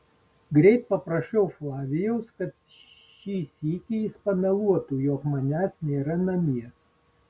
greit paprašiau flavijaus kad šį sykį jis pameluotų jog manęs nėra namie